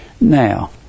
now